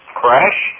crash